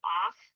off